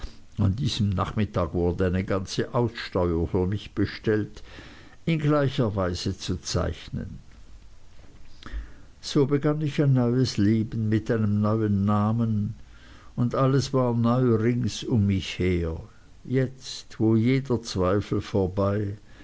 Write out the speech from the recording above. an diesem nachmittag wurde eine ganze aussteuer für mich bestellt in gleicher weise zu zeichnen so begann ich ein neues leben mit einem neuen namen und alles war neu rings um mich her jetzt wo jeder zweifel vorbei